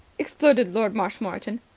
exploded lord marshmoreton.